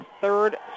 third